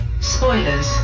Spoilers